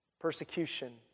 persecution